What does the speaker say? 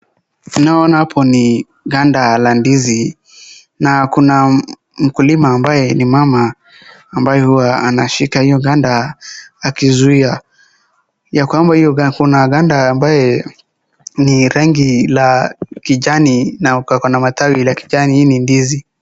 Tunaoona hapo ni ganda la ndizi na kuna mkulima ambaye ni mama ambaye huwa anashika hiyo ganda, ya kwama kuna ganda ambaye ni rangi la kijani na liko na matawi ya kijani, hii ni ndizi.